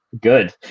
Good